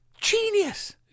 Genius